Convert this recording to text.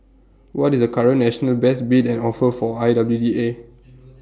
what is the current national best bid and offer for I W D A